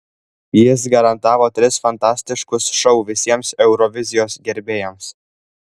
jis garantavo tris fantastiškus šou visiems eurovizijos gerbėjams